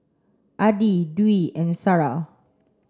Adi Dwi and Sarah